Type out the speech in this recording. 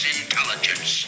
intelligence